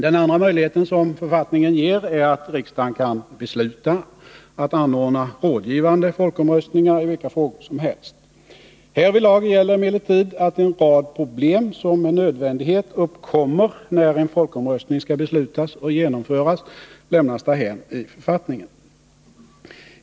Den andra möjlighet som författningen ger är att riksdagen kan besluta att anordna rådgivande folkomröstningar i vilka frågor som helst. Härvidlag gäller emellertid att en rad problem som med nödvändighet uppkommer, när en folkomröstning skall beslutas och genomföras, i författningen lämnas därhän.